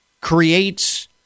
creates